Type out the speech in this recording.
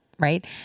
right